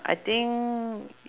I think